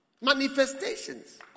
Manifestations